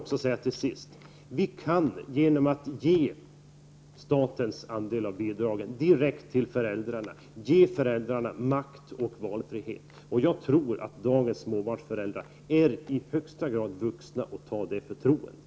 Låt mig till sist säga: Genom att ge statens andel av bidragen direkt till föräldrarna kan vi ge föräldrarna makt och valfrihet. Och jag tror att dagens småbarnsföräldrar är i högsta grad vuxna det förtroendet.